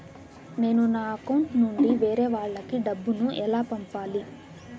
నేను నా అకౌంట్ నుండి వేరే వాళ్ళకి డబ్బును ఎలా పంపాలి?